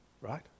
Right